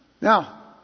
Now